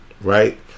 Right